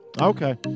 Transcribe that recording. okay